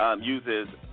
uses